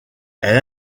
elle